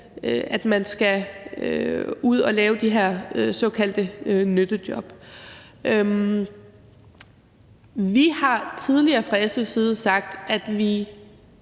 at man skal ud og lave de her såkaldte nyttejob. Vi har tidligere fra SF's side sagt, at